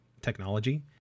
technology